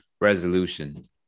resolution